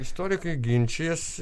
istorikai ginčijasi